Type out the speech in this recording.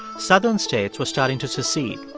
southern states were starting to secede.